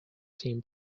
team